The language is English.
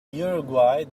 uruguay